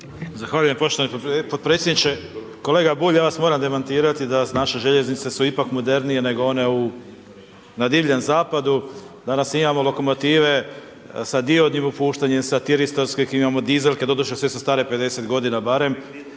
Zahvaljujem poštovani potpredsjedniče. Kolega Bulj, ja vas moram demantirati da su naše željeznice su ipak modernije nego one u, na divljem zapadu, danas imamo lokomotive sa diodnim opuštanjem, sa tiritorskih, imamo dizelke, doduše sve su stare 50 godina barem.